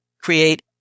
create